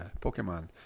Pokemon